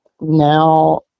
now